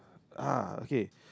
ah okay